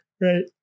Right